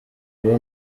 iwe